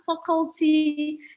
faculty